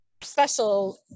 special